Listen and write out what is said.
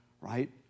right